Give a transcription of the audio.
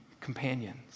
companions